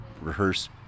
rehearse